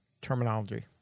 terminology